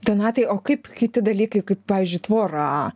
donatai o kaip kiti dalykai kaip pavyzdžiui tvora